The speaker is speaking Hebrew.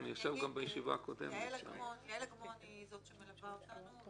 יעל אגמון היא זו שמלווה אותנו,